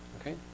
okay